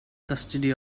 custody